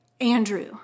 Andrew